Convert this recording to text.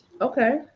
Okay